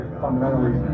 fundamentally